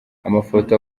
amafoto